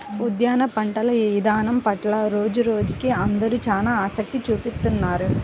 ఉద్యాన పంటల ఇదానం పట్ల రోజురోజుకీ అందరూ చానా ఆసక్తి చూపిత్తున్నారు